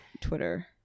twitter